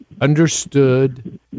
understood